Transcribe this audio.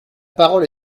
parole